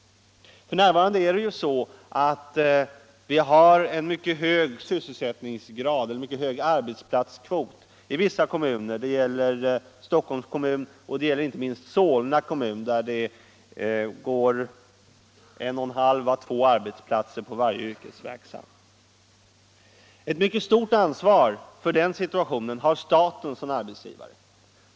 F.n. har vi en mycket hög arbetsplatskvot i vissa kommuner. Det gäller Stockholms kommun och det gäller inte minst Solna kommun, där det går en och en halv å två arbetsplatser på varje yrkesverksam. Ett mycket stort ansvar för den situationen har staten som arbetsgivare.